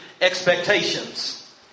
expectations